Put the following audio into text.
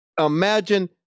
Imagine